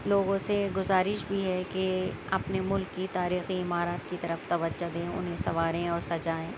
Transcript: لوگوں سے گزارش بھی ہے کہ اپنے مُلک کی تاریخی عمارت کی طرف توجہ دیں اُنہیں سَنواریں اور سجائیں